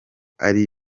ari